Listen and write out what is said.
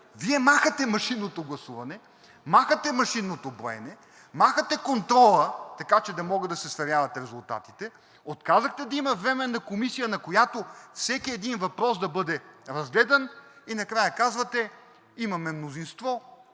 Вие махате машинното гласуване, махате машинното броене, махате контрола, така че да могат да се сверяват резултатите, отказахте да има временна комисия, на която всеки един въпрос да бъде разгледан, и накрая казвате – имаме мнозинство,